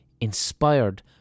Inspired